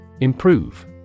Improve